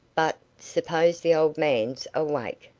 but, suppose the old man's awake?